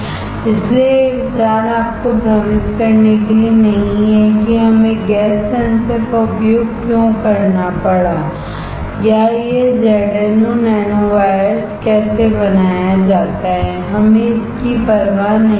इसलिए यह विचार आपको भ्रमित करने के लिए नहीं है कि हमें गैस सेंसर का उपयोग क्यों करना पड़ा या यह ZnO nanowires कैसे बनाया जाता है हमें इसकी परवाह नहीं है